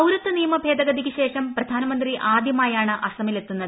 പൌരത്വ നിയമ ഭേദഗതിക്ക് ശേഷം പ്രധാനമന്ത്രി ആദ്യമായാണ് അസമിലെത്തുന്നത്